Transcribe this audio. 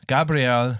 Gabriel